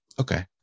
okay